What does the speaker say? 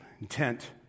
Intent